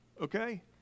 okay